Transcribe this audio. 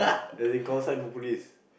as in call sign for police